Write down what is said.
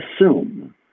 assume